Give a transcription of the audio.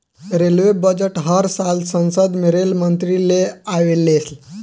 railway budget हर साल संसद में रेल मंत्री ले आवेले ले